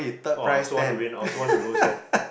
!wah! I also want to win I also want to lose leh